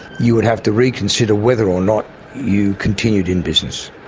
you'd have to reconsider whether or not you continued in business.